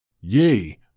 Yea